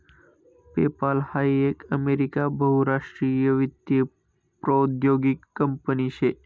PayPal हाई एक America बहुराष्ट्रीय वित्तीय प्रौद्योगीक कंपनी शे